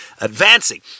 advancing